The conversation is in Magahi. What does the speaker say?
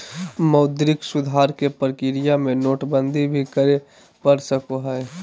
मौद्रिक सुधार के प्रक्रिया में नोटबंदी भी करे पड़ सको हय